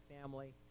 family